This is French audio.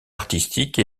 artistique